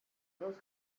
dos